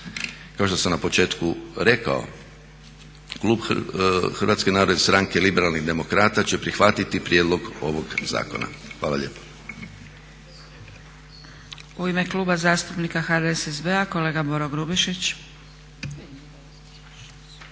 Kao što sam na početku rekao, klub Hrvatske narodne stranke – Liberalnih demokrata će prihvatiti prijedlog ovog zakona. Hvala lijepo.